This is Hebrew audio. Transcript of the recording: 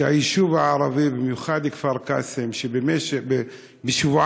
שהיישוב הערבי, ובמיוחד כפר-קאסם, שבשבועיים